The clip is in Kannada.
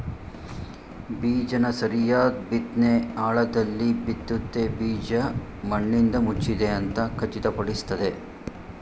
ಬೀಜನ ಸರಿಯಾದ್ ಬಿತ್ನೆ ಆಳದಲ್ಲಿ ಬಿತ್ತುತ್ತೆ ಬೀಜ ಮಣ್ಣಿಂದಮುಚ್ಚಿದೆ ಅಂತ ಖಚಿತಪಡಿಸ್ತದೆ